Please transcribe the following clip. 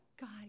God